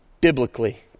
biblically